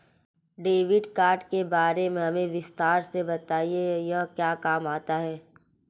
Debit card के बारे में हमें विस्तार से बताएं यह क्या काम आता है?